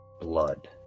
blood